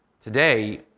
today